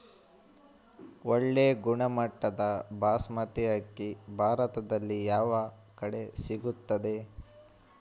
ಒಳ್ಳೆ ಗುಣಮಟ್ಟದ ಬಾಸ್ಮತಿ ಅಕ್ಕಿ ಭಾರತದಲ್ಲಿ ಯಾವ ಕಡೆ ಸಿಗುತ್ತದೆ?